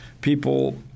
people